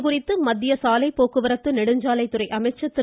இதுகுறித்து மத்திய சாலைப்போக்குவரத்து மற்றும் நெடுஞ்சாலைத்துறை அமைச்சர் திரு